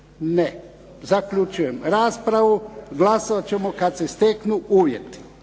Ne. Zaključujem raspravu. Glasovat ćemo kad se steknu uvjeti.